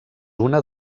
una